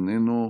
איננו,